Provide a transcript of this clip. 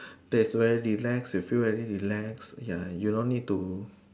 that's where relax you feel very relax ya you don't need to